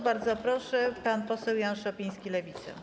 Bardzo proszę, pan poseł Jan Szopiński, Lewica.